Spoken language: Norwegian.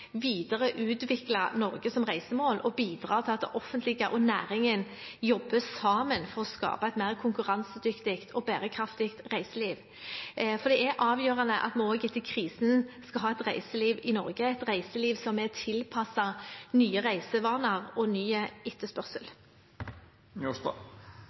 Norge som reisemål og bidra til at det offentlige og næringen jobber sammen for å skape et mer konkurransedyktig og bærekraftig reiseliv. Det er avgjørende at vi også etter krisen skal ha et reiseliv i Norge, et reiseliv som er tilpasset nye reisevaner og ny etterspørsel.